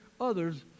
others